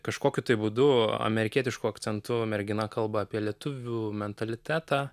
kažkokiu būdu amerikietišku akcentu mergina kalba apie lietuvių mentalitetą